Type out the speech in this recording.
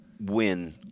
win